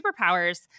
superpowers